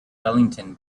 wellington